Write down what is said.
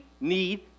need